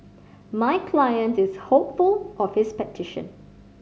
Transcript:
my client is hopeful of his petition